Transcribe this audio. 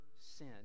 sin